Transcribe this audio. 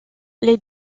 les